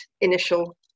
initial